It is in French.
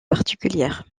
particulières